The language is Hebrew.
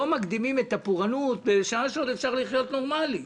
לא מקדימים את הפורענות בשעה שעוד אפשר לחיות נורמלי.